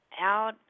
Out